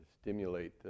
stimulate